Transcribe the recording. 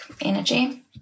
energy